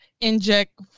inject